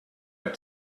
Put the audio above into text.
have